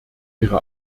ihre